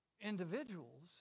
individuals